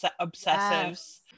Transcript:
obsessives